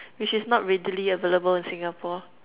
which is not readily available in Singapore